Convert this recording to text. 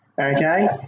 Okay